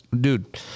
dude